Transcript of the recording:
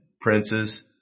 princes